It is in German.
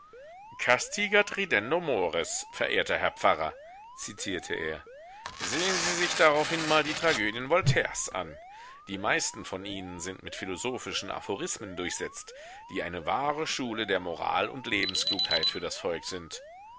mores verehrter herr pfarrer zitierte er sehen sie sich daraufhin mal die tragödien voltaires an die meisten von ihnen sind mit philosophischen aphorismen durchsetzt die eine wahre schule der moral und lebensklugheit für das volk sind